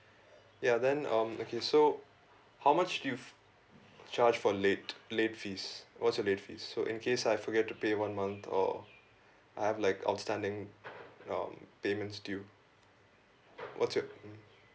ya then um okay so how much do you charge for late late fees what's your late fees so in case I forget to pay one month or I have like outstanding um payments due what's your mm